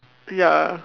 ya